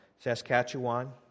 Saskatchewan